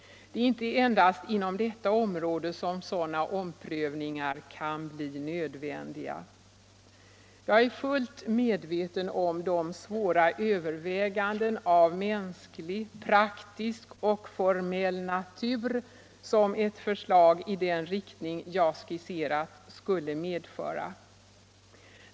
Det är inte endast inom detta område som sådana omprövningar kan bli nödvändiga. Jag är fullt medveten om de svåra överväganden av mänsklig, praktisk och formell natur som ett förslag i den riktning jag skisserat skulle medföra.